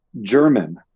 German